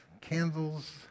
candles